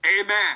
Amen